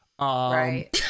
Right